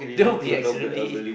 don't be absolutely